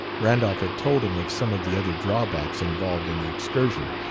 randolph had told him of some of the other drawbacks involved in the excursion.